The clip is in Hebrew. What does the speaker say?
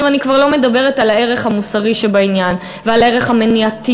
אני כבר לא מדברת על הערך המוסרי שבעניין ועל הערך המניעתי